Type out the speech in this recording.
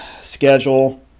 schedule